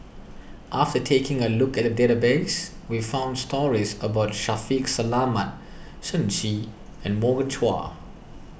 after taking a look at the database we found stories about Shaffiq Selamat Shen Xi and Morgan Chua